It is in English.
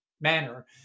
manner